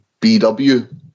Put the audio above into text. bw